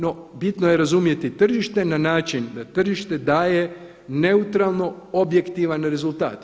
No, bitno je razumjeti tržište na način da tržište daje neutralno objektivan rezultat.